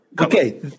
Okay